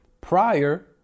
prior